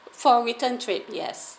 for return trip yes